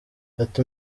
ati